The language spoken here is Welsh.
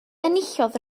enillodd